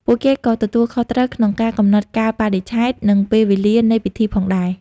ពួកគេក៏ទទួលខុសត្រូវក្នុងការ កំណត់កាលបរិច្ឆេទ និងពេលវេលា នៃពិធីផងដែរ។